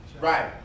Right